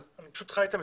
אני פשוט חי את המציאות.